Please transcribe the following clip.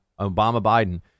Obama-Biden